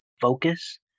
focus